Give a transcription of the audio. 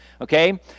okay